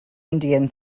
indian